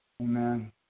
Amen